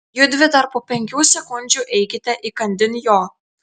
judvi dar po penkių sekundžių eikite įkandin jo